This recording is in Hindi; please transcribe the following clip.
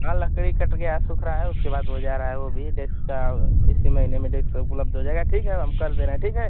हाँ लकड़ी कट गया है सूख रहा है उसके बाद हो जा रहा है वह भी डेस्क का इसी महीने में डेट उपलब्ध हो जाएगा ठीक है हम कर दे रहे हैं ठीक है